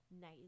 nice